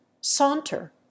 saunter